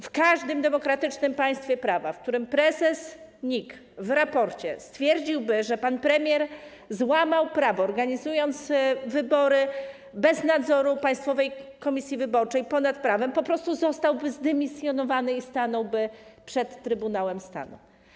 W każdym demokratycznym państwie prawa, w którym prezes NIK w raporcie stwierdziłby, że pan premier złamał prawo, organizując wybory bez nadzoru Państwowej Komisji Wyborczej, ponad prawem, po prostu zostałby zdymisjonowany i stanąłby przed Trybunałem Stanu.